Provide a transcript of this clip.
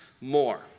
more